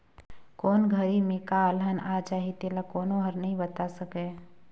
कोन घरी में का अलहन आ जाही तेला कोनो हर नइ बता सकय